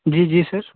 जी जी सर